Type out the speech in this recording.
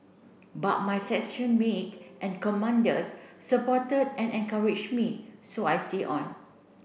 but my section mate and commanders supported and encouraged me so I stay on